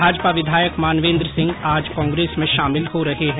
भाजपा विधायक मानवेन्द्र सिंह आज कांग्रेस में शामिल हो रहे है